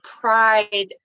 pride